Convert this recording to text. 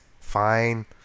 Fine